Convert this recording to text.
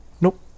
Nope